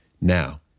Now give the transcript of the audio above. Now